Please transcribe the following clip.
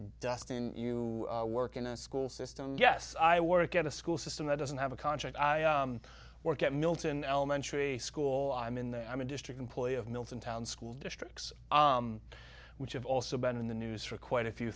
dustin you work in a school system yes i work at a school system that doesn't have a contract i work at milton elementary school i'm in the i'm a district employee of milton town school districts which have also been in the news for quite a few